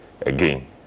again